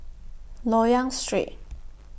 Loyang Street